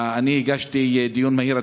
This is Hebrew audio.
אני הגשתי בקשה לדיון מהיר,